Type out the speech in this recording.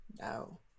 No